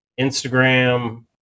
Instagram